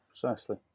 precisely